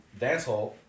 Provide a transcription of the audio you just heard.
dancehall